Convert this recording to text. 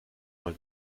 mal